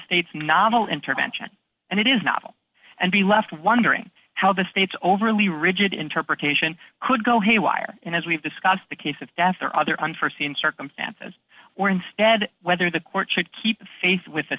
state's novel intervention and it is novel and be left wondering how the state's overly rigid interpretation could go haywire and as we've discussed the case of death there are other unforseen circumstances where instead whether the court should keep faith with